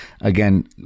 Again